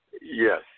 Yes